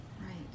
Right